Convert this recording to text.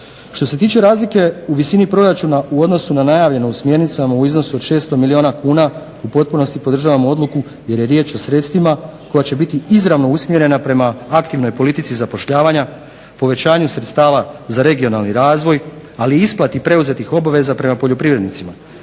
Što se tiče razlike u visini proračuna u odnosu na najavljeno u smjernicama u iznosu od 600 milijuna kuna u potpunosti podržavamo odluku jer je riječ o sredstvima koja će biti izravno usmjerena prema aktivnoj politici zapošljavanja, povećanju sredstava za regionalni razvoj, ali i isplati preuzetih obveza prema poljoprivrednicima.